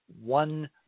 one